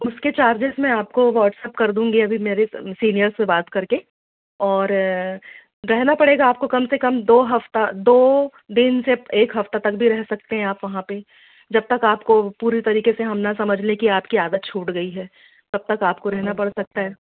उसके चार्जेस मैं आपको व्हाट्सऐप कर दूँगी अभी मेरे सीनियर से बात करके और रहना पड़ेगा आपको कम से कम दो हफ़्ते दो दिन से एक हफ़्ते तक भी रह सकते हैं आप वहाँ पे जब तक आपको पूरी तरीक़े से हम ना समझ लें कि आपकी आदत छूट गई है तब तक आपको रहना पड़ सकता है